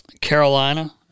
Carolina